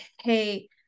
hey